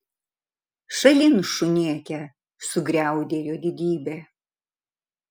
šalin šunėke sugriaudėjo didybė